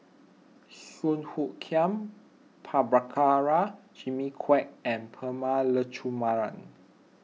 Song Hoot Kiam Prabhakara Jimmy Quek and Prema Letchumanan